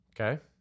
okay